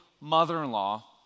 mother-in-law